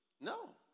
No